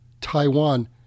Taiwan